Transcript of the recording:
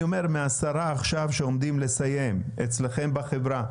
אני אומר מהעשרה עכשיו שעומדים לסיים אצלכם בחברה.